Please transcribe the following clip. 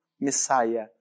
Messiah